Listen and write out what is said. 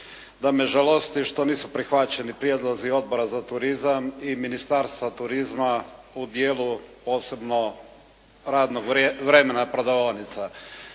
da me žalosti što nisu prihvaćeni prijedlozi Odbora za turizam i Ministarstva turizma u dijelu posebno radnog vremena prodavaonica.